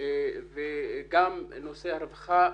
וגם לנושא הרווחה,